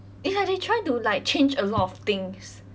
it's like they trying to like change a lot of things